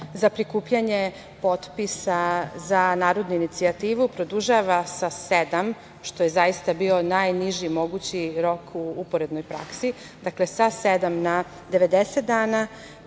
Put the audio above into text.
za prikupljanje potpisa za narodnu inicijativu produžava sa sedam, što je zaista bio najniži mogući rok u uporednoj praksi, dakle sa sedam na 90 dana,